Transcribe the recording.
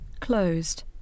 closed